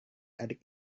adik